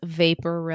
vapor